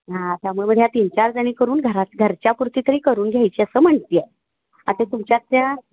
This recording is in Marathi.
हां त्यामुळे मग ह्या तीन चार जणी करून घरात घरच्या पुरती तरी करून घ्यायची असं म्हणते आहे आता तुमच्यातल्या